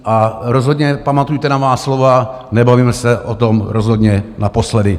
A rozhodně pamatujte na má slova: nebavíme se o tom rozhodně naposledy.